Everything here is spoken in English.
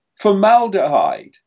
formaldehyde